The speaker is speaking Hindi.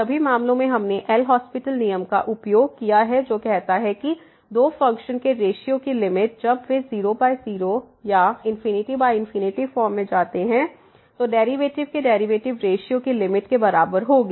सभी मामलों में हमने एल हास्पिटल LHospital नियम का उपयोग किया है जो कहता है कि दो फ़ंक्शन के रेश्यो की लिमिट जब वे 00 या फॉर्म में जाते हैं तो डेरिवेटिव के डेरिवेटिव रेश्यो की लिमिट के बराबर होगी